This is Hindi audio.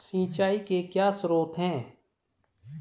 सिंचाई के क्या स्रोत हैं?